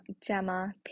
Gemma